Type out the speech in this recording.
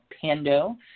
Pando